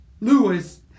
Lewis